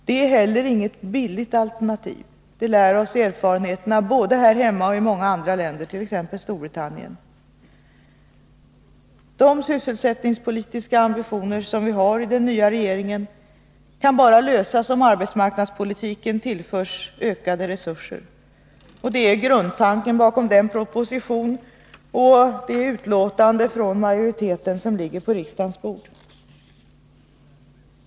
Det är heller inget billigt alternativ — det lär oss erfarenheterna både här hemma och i många andra länder, t.ex. Storbritannien. De sysselsättningspolitiska ambitioner som vi har i den nya regeringen kan förverkligas bara om arbetsmarknadspolitiken tillförs ökade resurser. Det är grundtanken bakom den proposition och det betänkande från utskottsmajoriteten som ligger på riksdagens bord.